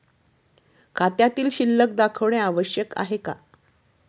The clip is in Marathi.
खात्यातील शिल्लक दाखवणे आवश्यक आहे का?